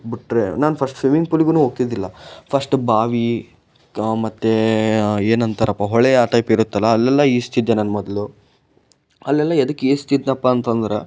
ಬಿಟ್ರೆ ನಾನು first swimming ಪೂಲಿಗೂ ಹೋಗ್ತಿದ್ದಿಲ್ಲ ಫಸ್ಟ್ ಬಾವಿ ಮತ್ತೆ ಏನಂತಾರಪ್ಪಾ ಹೊಳೆಯ ಟೈಪ್ ಇರುತ್ತಲ್ಲ ಅಲ್ಲೆಲ್ಲ ಈಜ್ತಿದ್ದೆ ನಾನು ಮೊದಲು ಅಲ್ಲೆಲ್ಲ ಎದಕ್ಕೆ ಈಜ್ತಿದ್ದೆನಪ್ಪ ಅಂತಂದ್ರೆ